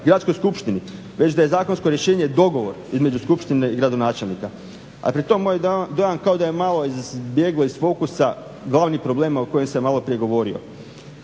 Gradskoj skupštini već da je zakonsko rješenje dogovor između skupštine i gradonačelnika. A pri tom moj dojam kao da je malo izbjegao iz fokusa glavnih problema o kojima sam maloprije govorio.